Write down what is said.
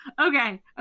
okay